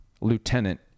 lieutenant